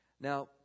now